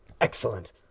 excellent